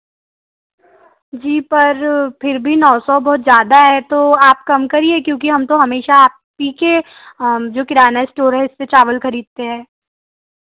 जी पर फिर भी नौ सौ बहुत ज़्यादा है तो आप कम करिए क्योंकि हम तो हमेशा आप ही के जो किराना स्टोर है इससे चावल खरीदते हैं